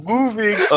Moving